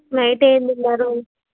night ఏం తిన్నారు